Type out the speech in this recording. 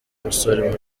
umusore